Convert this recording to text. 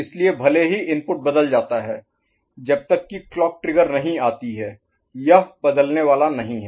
इसलिए भले ही इनपुट बदल जाता है जब तक कि क्लॉक ट्रिगर नहीं आती है यह बदलने वाला नहीं है